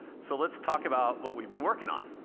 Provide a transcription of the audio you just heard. so let's talk about what we've been working on.